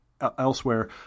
elsewhere